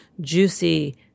juicy